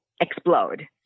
explode